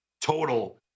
total